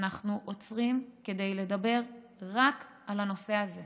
אנחנו עוצרים כדי לדבר רק על הנושא הזה,